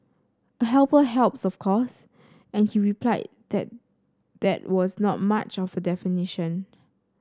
a helper helps of course and he replied that that was not much of a definition